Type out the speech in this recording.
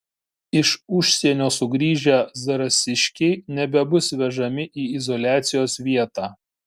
iš užsienio sugrįžę zarasiškiai nebebus vežami į izoliacijos vietą